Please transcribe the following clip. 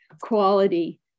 quality